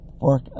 work